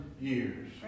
years